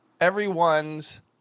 everyone's